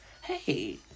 Hey